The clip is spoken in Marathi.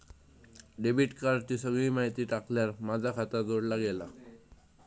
डेबिट कार्डाची सगळी माहिती टाकल्यार माझा खाता जोडला गेला